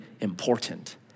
important